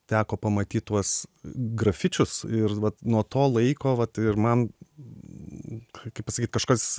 teko pamatyt tuos grafičius ir vat nuo to laiko vat ir man kaip pasakyt kažkas